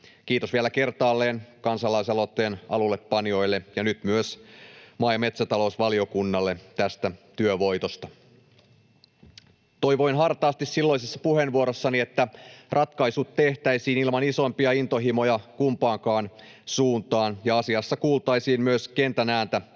Kiitos vielä kertaalleen kansalaisaloitteen alullepanijoille ja nyt myös maa- ja metsätalousvaliokunnalle tästä työvoitosta. Toivoin hartaasti silloisessa puheenvuorossani, että ratkaisut tehtäisiin ilman isompia intohimoja kumpaankaan suuntaan ja asiassa kuultaisiin myös kentän ääntä